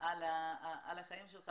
על החיים שלך,